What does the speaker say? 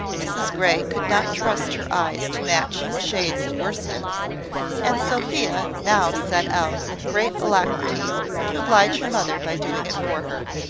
mrs grey could not trust her eyes to match shades of worsteds and sophia now set out with great alacrity to oblige her mother by doing it for her.